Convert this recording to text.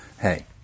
hey